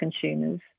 consumers